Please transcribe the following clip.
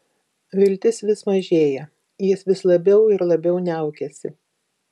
viltis vis mažėja jis vis labiau ir labiau niaukiasi